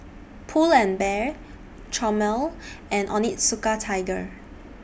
Pull and Bear Chomel and Onitsuka Tiger